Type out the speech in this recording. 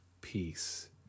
peace